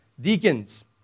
deacons